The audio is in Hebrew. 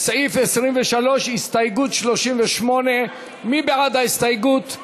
סעיף 23, הסתייגות 38, מי בעד ההסתייגות?